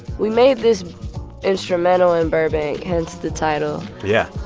we made this instrumental in burbank, hence the title yeah